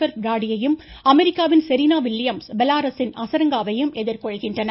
per பிராடியையும் அமெரிக்காவின் Serena Williams பெலாரசின் அஸரங்காவையும் எதிர்கொள்கின்றனர்